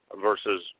versus